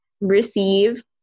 receive